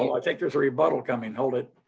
i think there's a rebuttal coming, hold it.